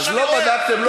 אז לא בדקתם,